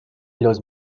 los